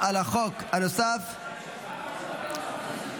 34 בעד, שמונה מתנגדים, אין נמנעים.